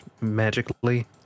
magically